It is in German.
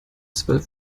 zwölf